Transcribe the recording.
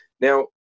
now